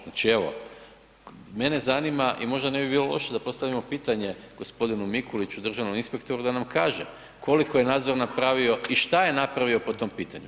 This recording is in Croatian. Znači evo mene zanima i možda ne bi bilo loše da postavimo pitanje gospodinu Mikuliću državnom inspektoru da nam kaže koliko je nadzora napravio i što je napravio po tom pitanju.